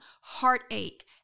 heartache